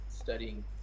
studying